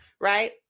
right